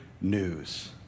news